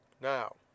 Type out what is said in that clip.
Now